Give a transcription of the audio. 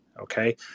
okay